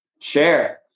share